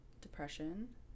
depression